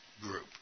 group